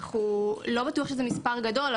לא בטוח שזה מספר גדול,